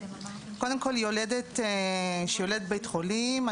קודם כל יולדת שיולדת בבית חולים,